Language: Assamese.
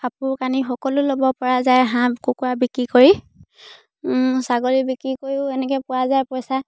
কাপোৰ কানি সকলো ল'বপৰা যায় হাঁহ কুকুৰা বিক্ৰী কৰি ছাগলী বিক্ৰী কৰিও এনেকৈ পোৱা যায় পইচা